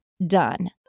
Done